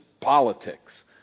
politics